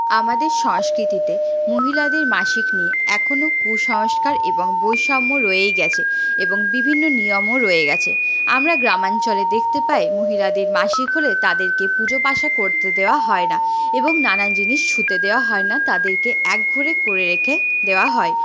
আমাদের সংস্কৃতিতে মহিলাদের মাসিক নিয়ে এখনও কুসংস্কার এবং বৈষম্য রয়েই গেছে এবং বিভিন্ন নিয়মও রয়ে গেছে আমরা গ্রামাঞ্চলে দেখতে পাই মহিলাদের মাসিক হলে তাদেরকে পুজো পাশা করতে দেওয়া হয় না এবং নানান জিনিস ছুঁতে দেওয়া হয় না তাদেরকে একঘরে করে রেখে দেওয়া হয়